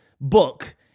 book